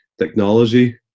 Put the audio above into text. Technology